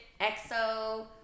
EXO